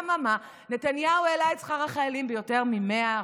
אממה, נתניהו העלה את שכר החיילים ביותר מ-100%,